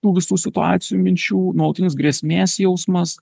tų visų situacijų ir minčių nuolatinis grėsmės jausmas